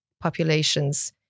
populations